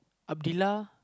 Abdillah